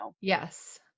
Yes